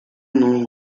known